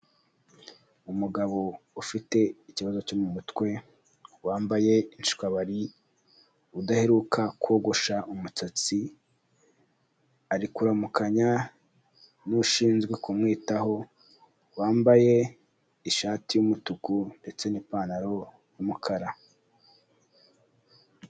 Umugabo ufite ikibazo cyo mu mutwe wambaye inshwabari udaheruka kogosha umusatsi, ari kuramukanya n'ushinzwe kumwitaho wambaye ishati y'umutuku ndetse n'ipantaro y'umukara.